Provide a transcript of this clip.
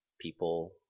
people